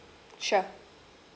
sure